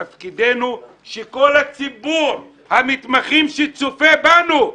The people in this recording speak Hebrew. תפקידנו שכל ציבור המתמחים שצופה בנו,